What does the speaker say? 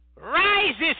Rises